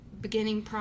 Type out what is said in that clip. beginning